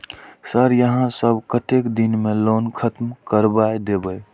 Sir यहाँ सब कतेक दिन में लोन खत्म करबाए देबे?